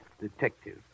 detective